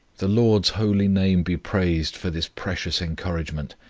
the lord's holy name be praised for this precious encouragement,